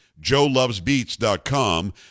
joelovesbeats.com